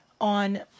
on